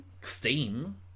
Steam